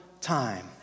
time